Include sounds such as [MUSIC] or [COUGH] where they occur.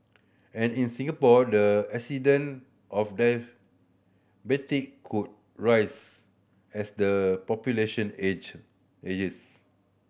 and in Singapore the [UNINTELLIGIBLE] of [UNINTELLIGIBLE] could rise as the population age ages